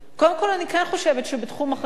קודם כול אני כן חושבת שבתחום החשמל,